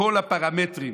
בכל הפרמטרים